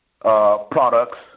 products